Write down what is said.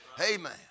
Amen